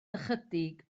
ychydig